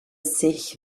sich